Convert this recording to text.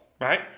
right